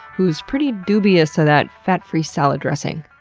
who's pretty dubious to that fat free salad dressing,